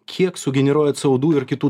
kiek sugeneruoja atsaudų ir kitų